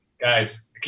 Guys